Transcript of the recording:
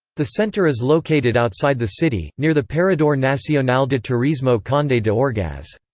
the centre is located outside the city, near the parador nacional de turismo conde de de orgaz.